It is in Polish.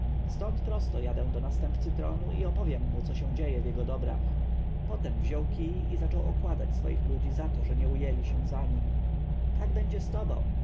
stąd prosto jadę do następcy tronu i opowiem mu co się dzieje w jego dobrach potem wziął kij i zaczął okładać swoich ludzi za to że nie ujęli się za nim tak będzie z tobą